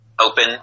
Open